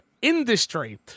industry